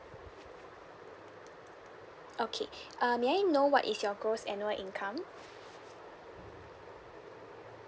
okay uh may I know what is your gross annual income